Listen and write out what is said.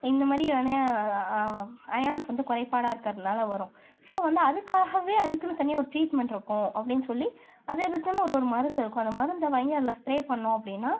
இந்தமாதிரியான அயான்ஸ் வந்து குறைபாடாக இருக்கிறதுனால் வரும் ஸோ வந்து அதுக்காகவே அதுக்குன்னு தனியாக ஒரு ட்ரீட்மெண்ட் இருக்கும் அப்படினு சொல்லி அது அதுக்குன்னு ஒரு ஒரு மருந்து இருக்கும் அந்த மருந்தை வாங்கி அதில் ஸ்பிரே பண்ணோம் அப்படினா